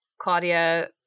Claudia